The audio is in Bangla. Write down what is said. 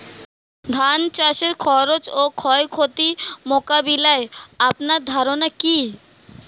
ধান চাষের খরচ ও ক্ষয়ক্ষতি মোকাবিলায় আপনার ধারণা কী?